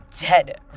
dead